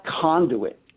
conduit